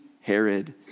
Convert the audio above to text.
Herod